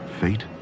fate